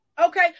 Okay